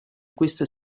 questa